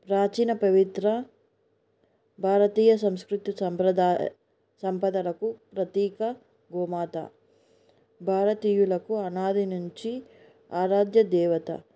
ప్రాచీన పవిత్ర భారతీయ సంస్కృతి సంప్రదాయ సంపదలకు ప్రతీక గోమాత భారతీయులకు అనాది నుంచి ఆరాధ్య దేవత